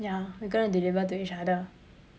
ya we gonna deliver to each other